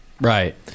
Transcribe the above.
Right